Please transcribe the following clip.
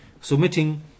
submitting